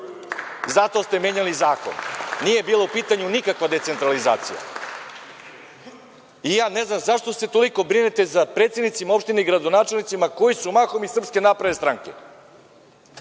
Zato ste menjali zakon. Nije bilo u pitanju nikakva decentralizacija. Ne znam zašto se toliko brinete za predsednicima, opštini, gradonačelnicima, koji su mahom iz SNS. Možda postoji